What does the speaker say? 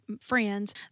friends